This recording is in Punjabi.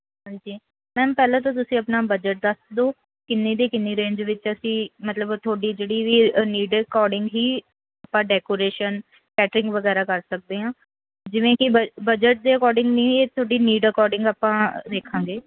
ਹਾਂਜੀ ਮੈਮ ਪਹਿਲਾਂ ਤਾਂ ਤੁਸੀਂ ਆਪਣਾ ਬਜਟ ਦੱਸ ਦਿਉ ਕਿੰਨੇ ਦੇ ਕਿੰਨੇ ਰੇਂਜ ਵਿੱਚ ਅਸੀਂ ਮਤਲਬ ਤੁਹਾਡੀ ਜਿਹੜੀ ਵੀ ਨੀਡ ਅਕੋਡਿੰਗ ਹੀ ਆਪਾਂ ਡੈਕੋਰੇਸ਼ਨ ਕੈਟਰਿੰਗ ਵਗੈਰਾ ਕਰ ਸਕਦੇ ਹਾਂ ਜਿਵੇਂ ਕਿ ਬ ਬਜਟ ਦੇ ਅਕੋਡਿੰਗ ਨਹੀਂ ਇਹ ਤੁਹਾਡੀ ਨੀਡ ਅਕੋਡਿੰਗ ਆਪਾਂ ਦੇਖਾਂਗੇ